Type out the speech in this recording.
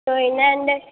તોહ એના અંદર